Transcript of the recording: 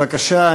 בבקשה,